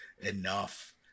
enough